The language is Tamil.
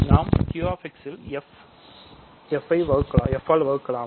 நாம் Q x இல் f ஆல் வகுக்கலாம்